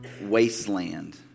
wasteland